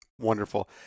Wonderful